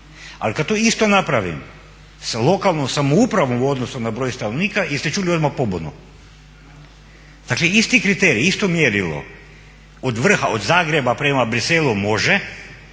Ali kada to isto napravim sa lokalnom samoupravom u odnosu na broj stanovnika jeste čuli odmah pobunu. Dakle isti kriterij, isto mjerilo od vrha od Zagreba prema Bruxellesu može,